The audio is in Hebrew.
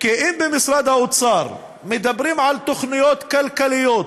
כי אם במשרד האוצר מדברים על תוכניות כלכליות